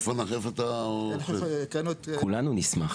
כולנו נשמח.